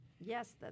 Yes